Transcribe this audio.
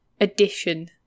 addition